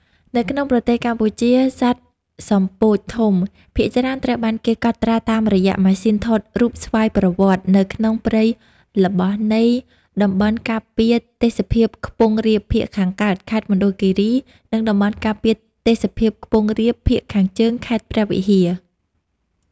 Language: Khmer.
នៅក្នុងប្រទេសកម្ពុជា សត្វសំពោចធំ ភាគច្រើនត្រូវបានគេកត់ត្រាតាមរយៈម៉ាស៊ីនថតរូបស្វ័យប្រវត្តនៅក្នុងព្រៃល្បោះនៃតំបន់ការពារទេសភាពខ្ពង់រាបភាគខាងកើត ខេត្តមណ្ឌលគិរី និងតំបន់ការពារទេសភាពខ្ពង់រាបភាគខាងជើង ខេត្តព្រះវិហារ។